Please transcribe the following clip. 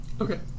Okay